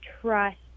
trust